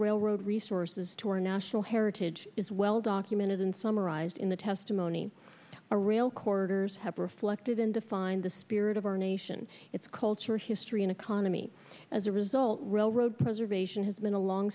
railroad resources to our national heritage is well documented and summarized in the testimony a real corders have reflected in the find the spirit of our nation its culture history and economy as a result railroad preservation has been a long